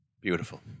Beautiful